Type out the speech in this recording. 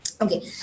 Okay